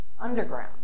underground